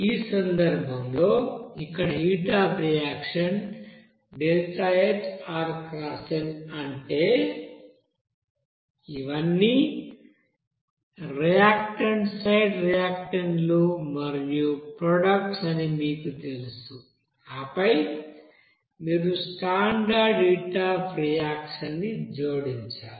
ఈ సందర్భంలో ఇక్కడ హీట్ అఫ్ రియాక్షన్ ΔHrxn అంటే ఇవన్నీ రియాక్టెంట్ సైడ్ రియాక్టెంట్లు మరియు ప్రొడక్ట్స్ అని మీకు తెలుసు ఆపై మీరు స్టాండర్డ్ హీట్ అఫ్ రియాక్షన్ ని జోడించాలి